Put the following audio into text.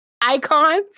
icons